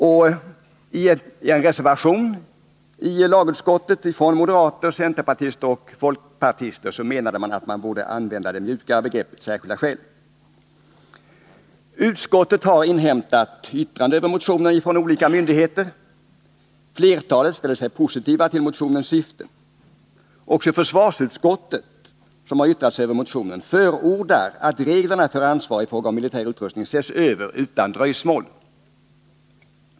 I en reservation från moderater, centérpartister och folkpartister i lagutskottet menade man att det mjukare begreppet ”särskilda skäl” borde användas. Utskottet har inhämtat yttranden över motionen från olika myndigheter. Flertalet ställer sig positiva till motionens syfte. Också försvarsutskottet, som har yttrat sig över motionen, förordar att reglerna för ansvar i fråga om militär utrustning ses över utan dröjsmål.